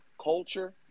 culture